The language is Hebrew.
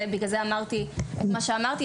בגלל זה אמרתי את מה שאמרתי.